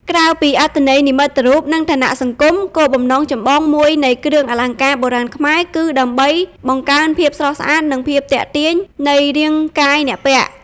ក្រៅពីអត្ថន័យនិមិត្តរូប និងឋានៈសង្គម គោលបំណងចម្បងមួយនៃគ្រឿងអលង្ការបុរាណខ្មែរគឺដើម្បី បង្កើនភាពស្រស់ស្អាត និងភាពទាក់ទាញ នៃរាងកាយអ្នកពាក់។